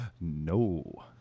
No